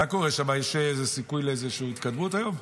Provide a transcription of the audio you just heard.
מה קורה שם, יש סיכוי לאיזו התקדמות היום?